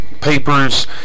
papers